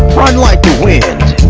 run like the wind,